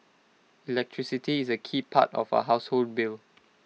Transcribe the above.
electricity is A key part of A household bill